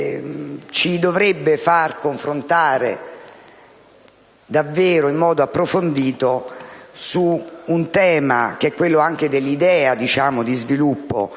ci dovrebbe far confrontare davvero in modo approfondito su un tema che è quello dell'idea di sviluppo